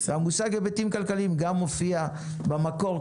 והמושג היבטים גם מופיע במקור,